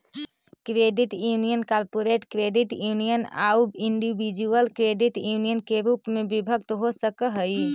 credit union corporate credit union आउ individual credit union के रूप में विभक्त हो सकऽ हइ